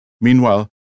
Meanwhile